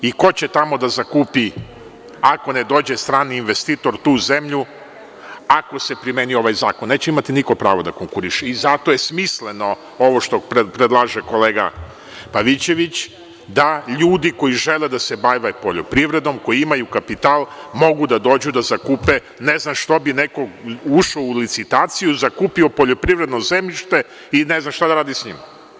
I, ko će tamo da zakupi ako ne dođe strani investitor tu zemlju ako se primeni ovaj zakon, neće imati niko pravo da konkuriše i zato je smisleno ovo što predlaže kolega Pavićević da ljudi koji žele da se bave poljoprivredom, koji imaju kapital mogu da dođu da zakupe, ne znam što bi neko ušao u licitaciju zakupio poljoprivredno zemljište i ne zna šta da radi sa njim.